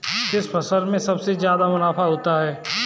किस फसल में सबसे जादा मुनाफा होता है?